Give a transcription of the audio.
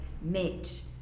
met